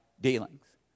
dealings